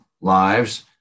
lives